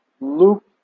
loop